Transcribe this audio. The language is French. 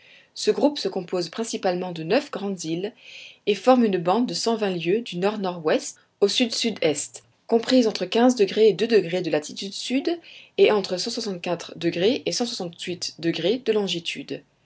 ce groupe se compose principalement de neuf grandes îles et forme une bande de cent vingt lieues du nord-nord-ouest au sud sud est comprise entre et de latitude sud et de longitude